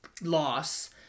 loss